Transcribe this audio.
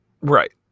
Right